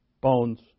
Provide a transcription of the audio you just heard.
Bones